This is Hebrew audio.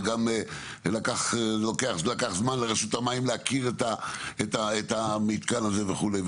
וגם לקח לרשות המים זמן להכיר את המתקן הזה וכו'.